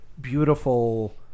beautiful